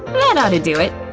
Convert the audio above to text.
that oughta do it.